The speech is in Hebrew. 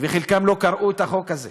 וחלקם לא קראו את החוק הזה,